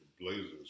Blazers